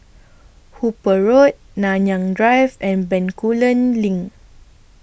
Hooper Road Nanyang Drive and Bencoolen LINK